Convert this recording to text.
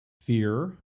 Fear